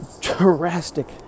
drastic